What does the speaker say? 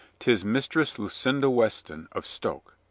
tis mistress lucinda weston of stoke.